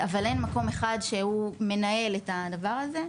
אבל אין מקום אחד שהוא מנהל את הדבר הזה.